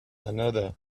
another